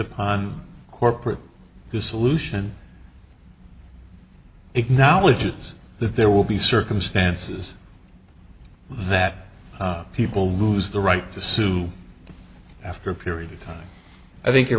upon corporate this solution acknowledges that there will be circumstances that people lose the right to sue after a period of time i think you're